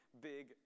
big